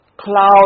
cloud